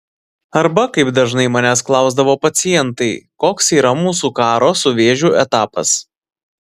arba kaip dažnai manęs klausdavo pacientai koks yra mūsų karo su vėžiu etapas